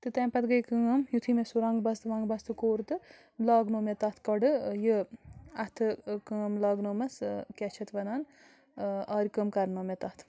تہٕ تَمہِ پتہٕ گٔے کٲم یُتھٕے مےٚ سُہ رنٛگ بستہٕ ونٛگ بستہٕ کوٚر تہٕ لاگنو مےٚ تَتھ گۄڈٕ یہِ اَتھٕ کٲم لگنٲومَس کیٛاہ چھِ اَتھ وَنان آرِ کٲم کَرنٲو مےٚ تَتھ